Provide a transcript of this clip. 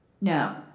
No